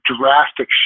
drastic